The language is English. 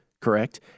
correct